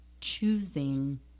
choosing